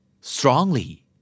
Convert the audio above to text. Strongly